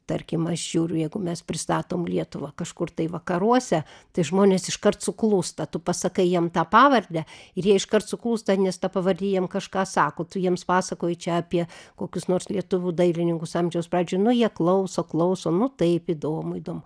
tarkim aš žiūriu jeigu mes pristatom lietuvą kažkur tai vakaruose tai žmonės iškart suklūsta tu pasakai jiem tą pavardę ir jie iškart suklūsta nes ta pavardė jiem kažką sako tu jiems pasakoji čia apie kokius nors lietuvių dailininkus amžiaus pradžioj nu jie klauso klauso nu taip įdomu įdomu